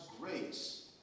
grace